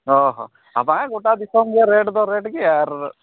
ᱚᱼᱦᱚ ᱟᱫᱚ ᱦᱮᱸ ᱜᱚᱴᱟ ᱫᱤᱥᱚᱢᱜᱮ ᱨᱮᱹᱴᱫᱚ ᱨᱮᱹᱴᱜᱮ ᱟᱨ